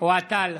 אוהד טל,